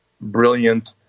brilliant